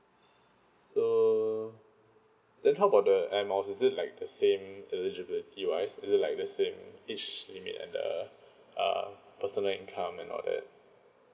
so then how about the air miles is it like the same eligibility wise it like the same age limit and the uh personal income and all that